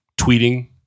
tweeting